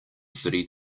city